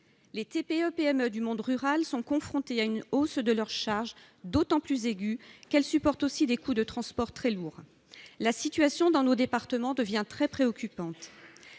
Les TPE-PME du monde rural sont confrontées à une hausse de leurs charges d'autant plus importante qu'elles supportent aussi des coûts de transport très lourds. La situation dans nos départements devient très préoccupante